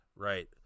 right